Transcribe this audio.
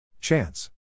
Chance